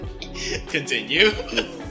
Continue